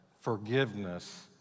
forgiveness